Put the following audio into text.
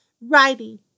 writing